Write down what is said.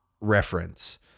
reference